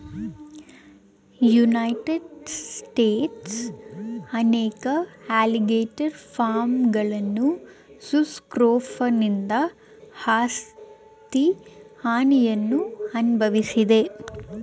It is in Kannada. ಯುನೈಟೆಡ್ ಸ್ಟೇಟ್ಸ್ನ ಅನೇಕ ಅಲಿಗೇಟರ್ ಫಾರ್ಮ್ಗಳು ಸುಸ್ ಸ್ಕ್ರೋಫನಿಂದ ಆಸ್ತಿ ಹಾನಿಯನ್ನು ಅನ್ಭವ್ಸಿದೆ